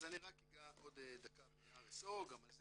אז אני רק אגע עוד דקה ב-RSO, גם על זה